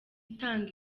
itanga